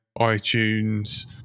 iTunes